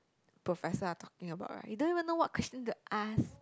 professor are talking about right you don't even know what question to ask